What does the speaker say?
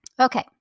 Okay